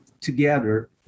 together